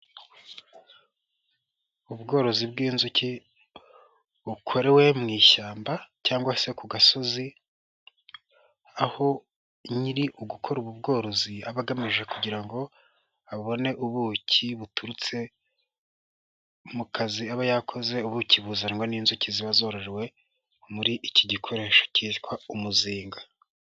Ubworozi bw'inzuki bukorewe mu ishyamba cyangwa se ku gasozi aho nyiri ugukora ubu bworozi aba agamije kugira ngo abone ubuki buturutse mu kazi aba yakoze, ubuki buzanwa n'inzuki ziba zorohewe muri iki gikoresho cyitwa umuzinga.